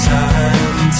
time